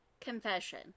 confession